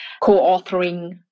co-authoring